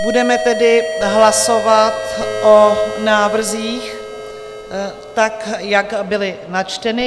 Budeme tedy hlasovat o návrzích tak, jak byly načteny.